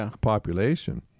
population